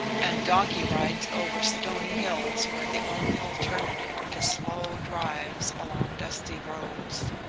and donkey-rides over stony hills were the only alternative to slow drives along dusty roads.